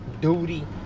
duty